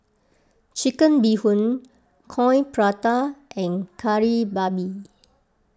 Chicken Bee Hoon Coin Prata and Kari Babi